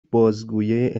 بازگویه